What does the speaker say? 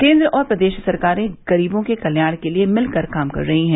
केन्द्र और प्रदेश सरकारें गरीबों के कल्याण के लिए मिलकर काम कर रही हैं